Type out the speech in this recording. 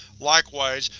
likewise,